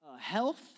health